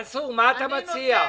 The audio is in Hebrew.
מה אתה מציע?